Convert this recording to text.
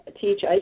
teach